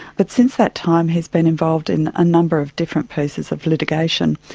but since that time he's been involved in a number of different pieces of litigation,